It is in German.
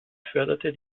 förderte